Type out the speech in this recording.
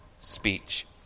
speech